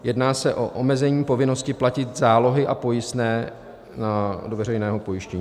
Jedná se o omezení povinnosti platit zálohy a pojistné na veřejná pojistná.